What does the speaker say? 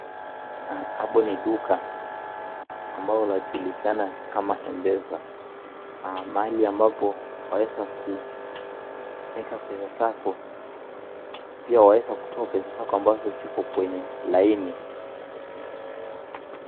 Hapo ni duka ambalo linajulikana kama mpesa, mahali ambapo unaeza kuweka pesa zako pia unaweza toa pesa zako ambazo ziko kwenye laini.